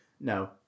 No